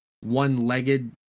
one-legged